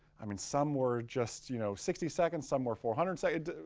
i mean, some were just you know sixty seconds. some were four hundred seconds.